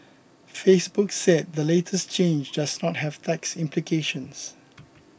Facebook said the latest change does not have tax implications